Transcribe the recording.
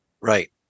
Right